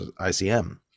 ICM